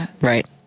Right